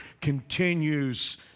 continues